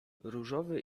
różowy